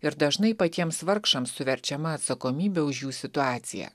ir dažnai patiems vargšams suverčiama atsakomybė už jų situaciją